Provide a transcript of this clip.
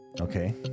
Okay